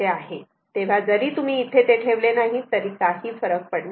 तेव्हा जरी तुम्ही इथे ते ठेवले नाही तरी काही फरक पडणार नाही